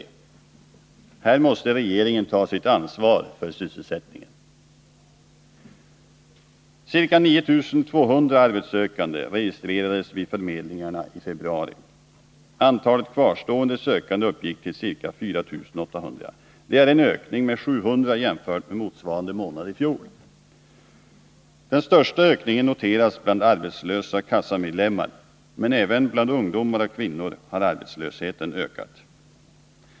Här måste regeringen ta sitt ansvar för sysselsättningen. Ca 9200 arbetssökande registrerades vid förmedlingarna i februari. Antalet kvarstående sökande uppgick till ca 4800, en ökning med 700 jämfört med motsvarande månad i fjol. Den största ökningen noteras bland arbetslösa kassamedlemmar. Men även bland ungdomar och kvinnor har arbetslösheten ökat.